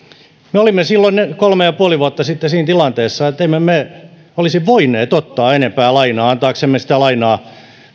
me olimme silloin kolme ja puoli vuotta sitten siinä tilanteessa että emme me olisi voineet ottaa enempää lainaa antaaksemme sitä lainaa